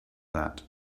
that